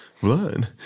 Blood